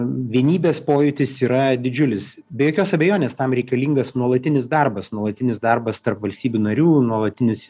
vienybės pojūtis yra didžiulis be jokios abejonės tam reikalingas nuolatinis darbas nuolatinis darbas tarp valstybių narių nuolatinis